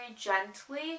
gently